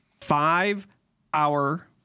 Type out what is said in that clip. five-hour